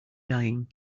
dying